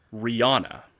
Rihanna